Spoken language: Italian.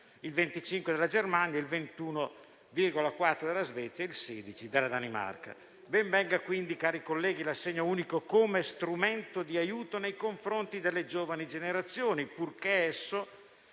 cento della Germania, il 21,4 per cento della Svezia, il 16 per cento della Danimarca. Ben venga quindi, cari colleghi, l'assegno unico come strumento di aiuto nei confronti delle giovani generazioni, purché esso